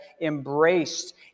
embraced